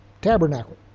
tabernacle